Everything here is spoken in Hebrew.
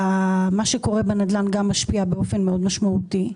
שקורה בנדל"ן גם משפיע באופן מאוד משמעותי.